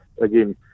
again